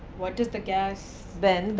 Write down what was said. what is the gas? ben,